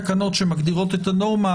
תקנות שמגדירות את הנורמה,